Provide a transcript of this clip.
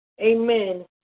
amen